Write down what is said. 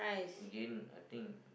Again I think